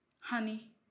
honey